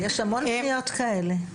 יש המון פניות כאלה.